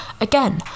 again